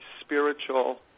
spiritual